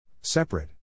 Separate